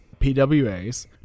PWAs